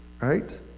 right